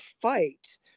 fight